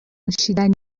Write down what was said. نوشیدنی